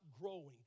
growing